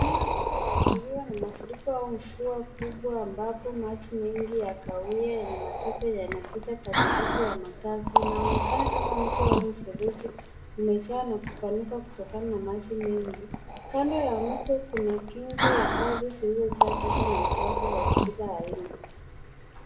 Eneo lililoathiriwa na mafuriko au mvua kubwa, ambapo maji mengi ya kahawia yenye matope yanapita katikati ya makazi. Inaonekana kama mto au mfereji umejaa na kupanuka kutokana na maji mengi. Kando ya mtoi kuna kingo ya ardhi zilizojaa taka na uchafu wa kila aina.